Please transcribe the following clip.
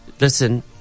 Listen